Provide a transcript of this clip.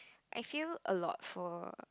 I feel a lot for